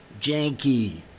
janky